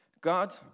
God